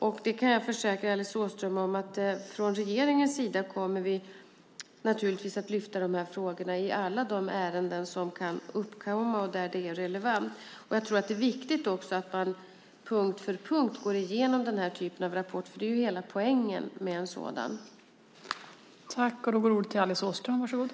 Och jag kan försäkra Alice Åström att vi från regeringens sida naturligtvis kommer att lyfta fram de här frågorna i alla de ärenden som kan uppkomma och där det är relevant. Det är viktigt att man går igenom den här typen av rapport punkt för punkt, för det är ju hela poängen med en sådan.